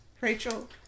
Rachel